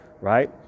right